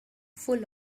full